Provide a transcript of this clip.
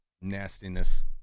nastiness